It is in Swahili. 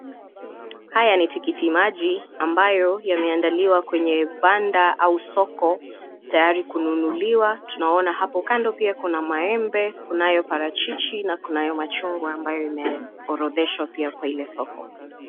Haya ni tikiti maji ambayo yameandaliwa kwa banda au soko tayari kununuliwa, tunaona hapo kando poa kuna maembe kunayo parachichi na kunayo machungwa ambayo imeorodheshwa kwa ile soko.